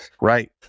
Right